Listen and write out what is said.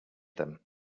them